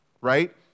right